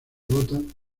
votan